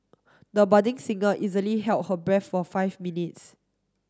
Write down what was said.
the budding singer easily held her breath for five minutes